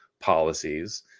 policies